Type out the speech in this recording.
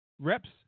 reps